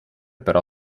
però